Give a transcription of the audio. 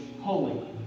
holy